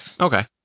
Okay